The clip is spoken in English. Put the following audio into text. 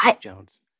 Jones